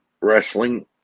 wrestling